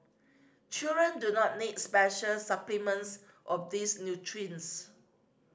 children do not need special supplements of these nutrients